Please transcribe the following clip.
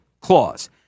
clause